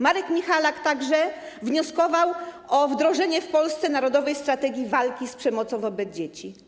Marek Michalak wnioskował także o wdrożenie w Polsce narodowej strategii walki z przemocą wobec dzieci.